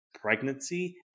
pregnancy